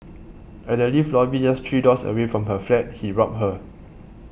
at the lift lobby just three doors away from her flat he robbed her